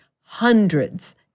hundreds